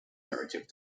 narrative